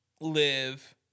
live